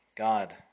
God